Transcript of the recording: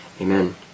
Amen